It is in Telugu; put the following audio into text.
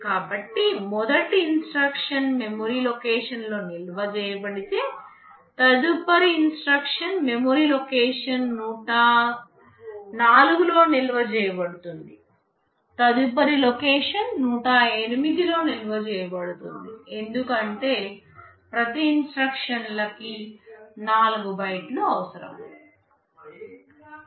కాబట్టి మొదటి ఇన్స్ట్రక్షన్ మెమరీ లొకేషన్ 100 లో నిల్వ చేయబడితే తదుపరి ఇన్స్ట్రక్షన్ మెమరీ లొకేషన్ 104 లో నిల్వ చేయబడుతుంది తదుపరి లొకేషన్ 108 లో నిల్వ చేయబడుతుంది ఎందుకంటే ప్రతి ఇన్స్ట్రక్షన్ కి 4 బైట్లు అవసరం